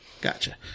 Gotcha